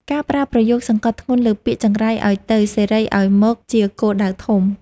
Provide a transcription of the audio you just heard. ការប្រើប្រយោគសង្កត់ធ្ងន់លើពាក្យ ចង្រៃឱ្យទៅ សិរីឱ្យមក ជាគោលដៅធំ។